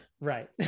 right